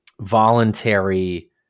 voluntary